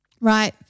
right